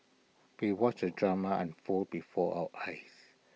we watched the drama unfold before our eyes